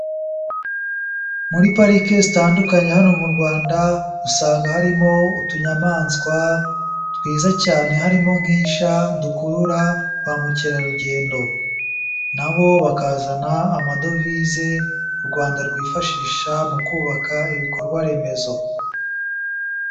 Muri pariki zitandukanye hano mu Rwanda usanga harimo utunyamaswa twiza cyane, harimo nk'isha dukurura ba mukerarugendo, nabo bakazana amadovize u Rwanda rwifashisha mu kubaka ibikorwa remezo.